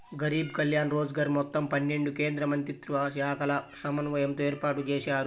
గరీబ్ కళ్యాణ్ రోజ్గర్ మొత్తం పన్నెండు కేంద్రమంత్రిత్వశాఖల సమన్వయంతో ఏర్పాటుజేశారు